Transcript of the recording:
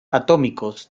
atómicos